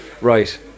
Right